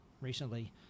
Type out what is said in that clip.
recently